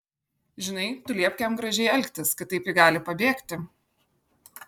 žinai tu liepk jam gražiai elgtis kitaip ji gali pabėgti